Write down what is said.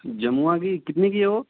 जमुआ की कितने की है वह